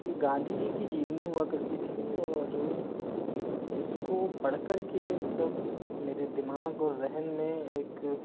ये गांधी जी की जीवनी हुआ करती थी और इसको पढ़ करके मतलब मेरे दिमाग और ज़ेहन में एक